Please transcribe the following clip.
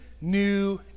New